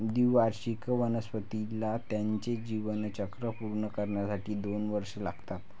द्विवार्षिक वनस्पतीला त्याचे जीवनचक्र पूर्ण करण्यासाठी दोन वर्षे लागतात